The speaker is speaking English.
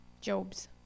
Jobs